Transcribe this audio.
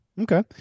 Okay